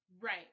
Right